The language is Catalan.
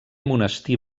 monestir